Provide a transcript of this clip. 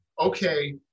okay